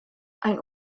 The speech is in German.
ein